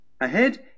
Ahead